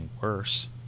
worse